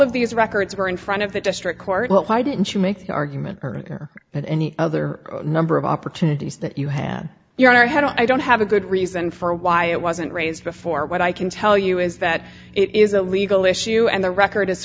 of these records were in front of the district court why didn't you make the argument earlier than any other number of opportunities that you had your honor had i don't have a good reason for why it wasn't raised before what i can tell you is that it is a legal issue and the record